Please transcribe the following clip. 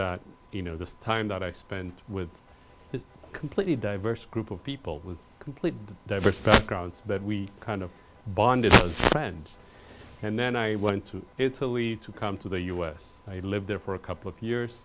that you know the time that i spent with it completely diverse group of people with completely diverse backgrounds that we kind of bonded friends and then i went to italy to come to the u s i lived there for a couple of years